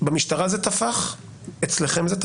במשטרה זה תפח, אצלכם זה תפח,